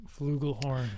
flugelhorn